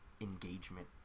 engagement